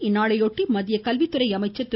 இந்நாளையொட்டி மத்திய கல்வித்துறை அமைச்சர் திரு